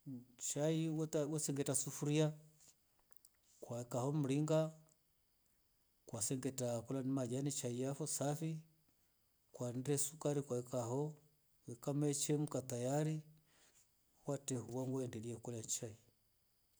Shai wewngeta sufuria ukaeka ho mringa ukasengeta maji shai yafo safi kwande sukari ukaeka ho ikamechemka tayari wateva waendelea ikola shai.